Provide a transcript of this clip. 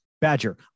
Badger